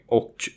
och